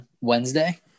Wednesday